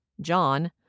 John